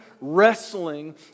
wrestling